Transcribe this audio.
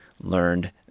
learned